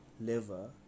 Liver